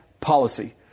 policy